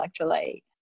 electrolyte